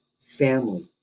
family